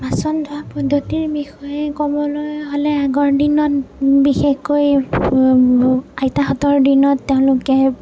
বাচন ধোৱাৰ পদ্ধতিৰ বিষয়ে ক'বলৈ হ'লে আগৰ দিন বিশেষকৈ আইতাহঁতৰ দিনত তেওঁলোকে